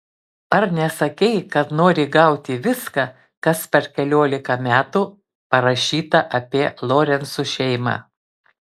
ar nesakei kad nori gauti viską kas per keliolika metų parašyta apie lorencų šeimą